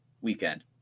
weekend